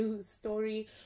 story